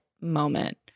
moment